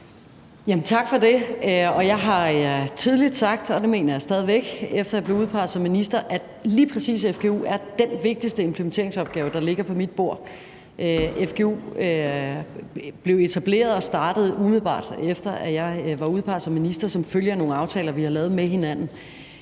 Tak for det. Jeg har tidligt sagt – og det mener jeg stadig væk – efter jeg blev udpeget som minister, at lige præcis fgu er den vigtigste implementeringsopgave, der ligger på mit bord. Fgu blev etableret og startet, umiddelbart efter at jeg var blevet udpeget som minister, som følge af nogle aftaler, vi havde lavet med hinanden,